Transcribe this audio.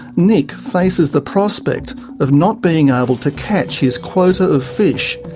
nick faces the prospect of not being able to catch his quota of fish.